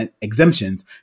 exemptions